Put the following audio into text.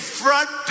front